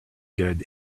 good